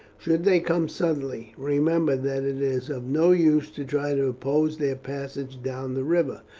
should they come suddenly, remember that it is of no use to try to oppose their passage down the river.